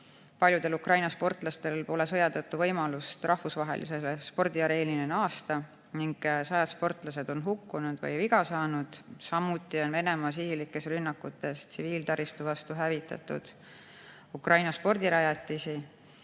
Paljudel Ukraina sportlastel pole sõja tõttu võimalust rahvusvahelisele spordiareenile naasta ning sajad sportlased on hukkunud või viga saanud. Samuti on Venemaa sihilikes rünnakutes tsiviiltaristu vastu hävitatud Ukraina spordirajatisi.